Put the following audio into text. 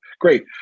great